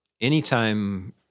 anytime